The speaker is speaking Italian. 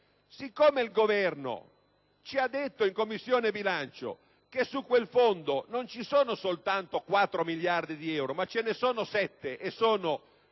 Siccome il Governo ha riferito in Commissione bilancio che su quel fondo non ci sono soltanto 4 miliardi di euro, ma ce ne sono 7 non